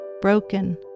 broken